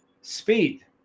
speed